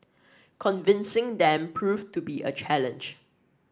convincing them proved to be a challenge